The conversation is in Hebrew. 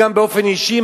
גם באופן אישי,